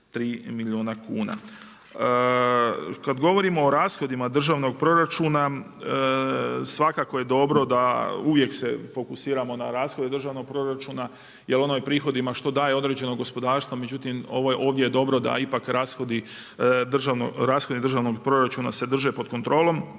483 milijuna kuna. Kada govorimo o rashodima državnog proračuna svakako je dobro da uvijek se fokusiramo na rashode državnog proračuna jer ono je prihodima što daje određeno gospodarstvo, međutim ovo ovdje je dobro da ipak rashodi državnog proračuna se drže pod kontrolom.